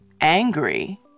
angry